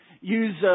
use